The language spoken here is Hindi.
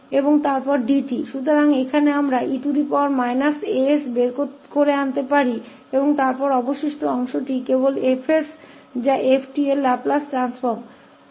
तो यहाँ हम e as बाहर ला सकते हैं और फिर शेष भाग 𝐹𝑠 𝑓𝑡 का लाप्लास रूपांतरण है